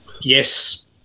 yes